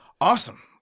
Awesome